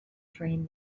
train